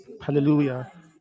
Hallelujah